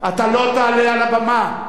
אתה לא תעלה על הבמה.